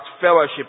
fellowship